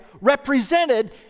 represented